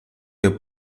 der